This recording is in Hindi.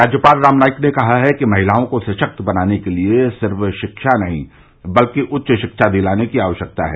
राज्यपाल राम नाईक ने कहा है कि महिलाओं को सशक्त बनाने के लिए सिर्फ शिक्षा नहीं बल्कि उच्च शिक्षा दिलाने की आवश्यकता है